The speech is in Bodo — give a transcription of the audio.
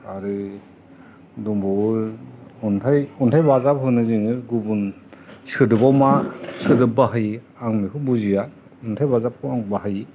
आरो दंबावो अन्थाइ बाजाब होनो जोङो गुबुन सोदोबाव मा सोदोब बाहायो आं बेखौ बुजिया अन्थाइ बाजाबखौ आं बाहायो